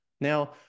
Now